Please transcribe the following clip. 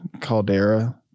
Caldera